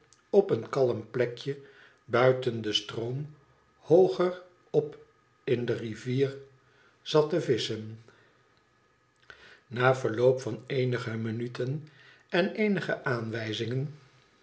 op een kalm plekje buiten den stroom hooger op in de rivier zat te visschen na verloop van eenige minuten en eenige aanwijzingen